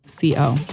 CO